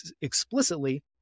explicitly